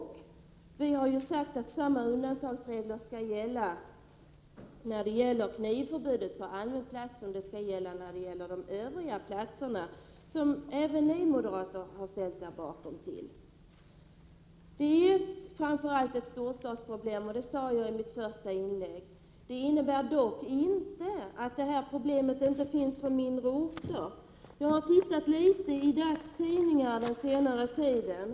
Vi har ju sagt att samma undantagsregler skall gälla för knivförbudet på allmän plats som för knivförbudet på de övriga platserna, och det förslaget har ju även ni moderater ställt er bakom. Detta är framför allt ett storstadsproblem — det sade jag i mitt första inlägg. Det innebär dock inte att problemet inte finns på mindre orter. Jag har gjort ett axplock ur dagstidningarna den senaste tiden.